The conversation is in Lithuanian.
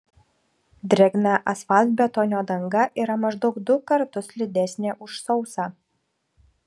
drėgna asfaltbetonio danga yra maždaug du kartus slidesnė už sausą